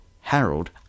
Harold